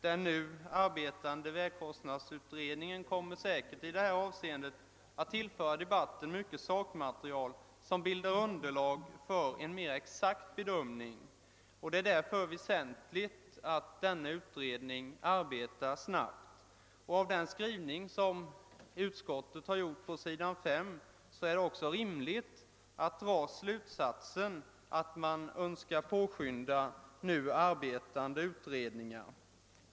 Den nu arbetande vägkostnadsutredningen kommer säker ligen att i detta avseende tillföra debatten mycket sakmaterial, som kan bilda underlag för en mera exakt bedömning. Det är därför väsentligt att denna utredning arbetar snabbt. Av den skrivning som utskottet har gjort på s. 5 är det också rimligt att dra slutsatsen, att man önskar påskynda nu pågående utredningar.